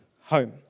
home